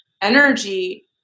energy